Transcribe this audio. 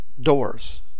doors